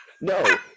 No